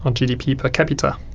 um gdp per capita.